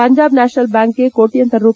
ಪಂಜಾಬ್ ನ್ಲಾಪನಲ್ ಬ್ಲಾಂಕ್ಗೆ ಕೋಟ್ಲಂತರ ರೂ